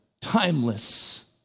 timeless